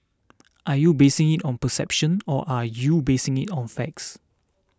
are you basing it on perception or are you basing it on facts